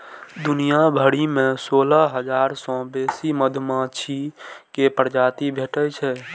दुनिया भरि मे सोलह हजार सं बेसी मधुमाछी के प्रजाति भेटै छै